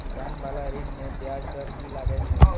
किसान बाला ऋण में ब्याज दर कि लागै छै?